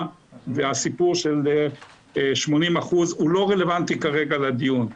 והסיפור של 80% לא רלוונטי כרגע לדיון.